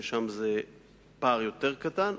ושם זה פער יותר קטן,